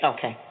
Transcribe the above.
Okay